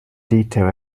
detail